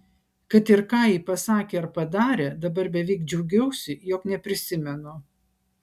kad ir ką ji pasakė ar padarė dabar beveik džiaugiausi jog neprisimenu